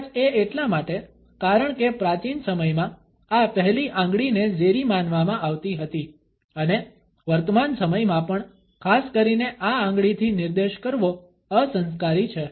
કદાચ એ એટલા માટે કારણ કે પ્રાચીન સમયમાં આ પહેલી આંગળી ને ઝેરી માનવામાં આવતી હતી અને વર્તમાન સમયમાં પણ ખાસ કરીને આ આંગળીથી નિર્દેશ કરવો અસંસ્કારી છે